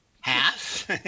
half